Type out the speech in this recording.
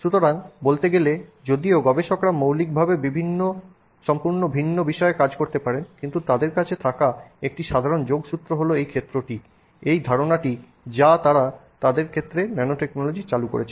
সুতরাং বলতে গেলে যদিও গবেষকরা মৌলিকভাবে সম্পূর্ণ ভিন্ন বিষয়ে কাজ করতে পারেন কিন্তু তাদের কাছে থাকা একটি সাধারণ যোগসূত্র হল এই ক্ষেত্রটি এই ধারণাটি যে তারা তাদের ক্ষেত্রে ন্যানোটেকনোলজি চালু করেছে